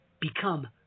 become